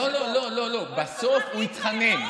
לא, לא, לא, בסוף הוא התחנן.